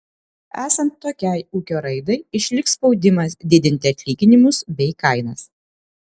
esant tokiai ūkio raidai išliks spaudimas didinti atlyginimus bei kainas